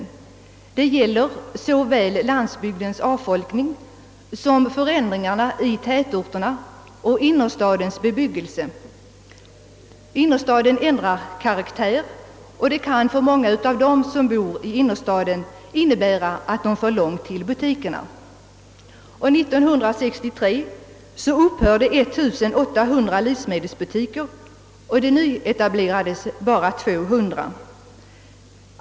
Till denna omvandling har såväl landsbygdens avfolkning som förändringar i tätorterna och innerstadens bebyggelse medverkat. Innersta den ändrar karaktär, och detta kan för många av dem som bor där innebära att de får långt till butikerna. Under år 1963 upphörde 1800 livsmedelsbutiker, men bara 200 nyetablerades.